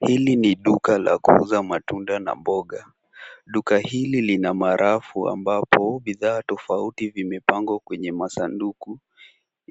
Hili ni duka la kuuza matunda na mboga. Duka hili lina marafu ambapo bidhaa tofauti vimepangwa kwenye masanduku